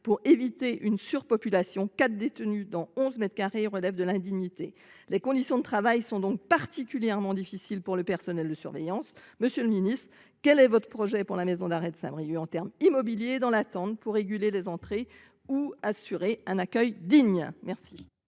pour éviter une surpopulation : quatre détenus dans onze mètres carrés, cela relève de l'indignité ! Les conditions de travail sont donc particulièrement difficiles pour le personnel de surveillance. Monsieur le ministre, quel est votre projet pour la maison d'arrêt de Saint-Brieuc en termes immobilier et, dans l'attente, pour réguler les entrées et assurer un accueil digne ? La